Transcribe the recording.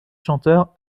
chanteur